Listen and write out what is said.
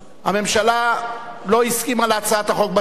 הממשלה לא הסכימה להצעת החוק בתחילה,